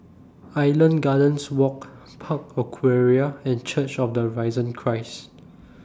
Island Gardens Walk Park Aquaria and Church of The Risen Christ